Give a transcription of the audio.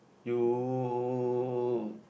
you~